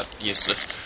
useless